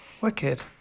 Wicked